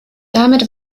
damit